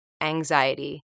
anxiety